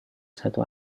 satu